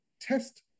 test